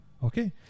Okay